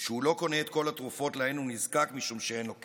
שהוא לא קונה את כל התרופות שלהן הוא נזקק משום שאין לו כסף.